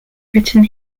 written